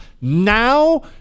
Now